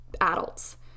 adults